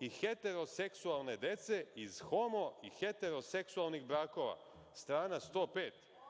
i heteroseksualne dece iz homo i heteroseksualnih brakova“, strana 105.(Ana